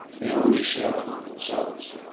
they only share among themselves.